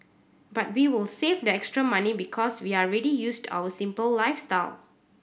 but we will save the extra money because we are already used to our simple lifestyle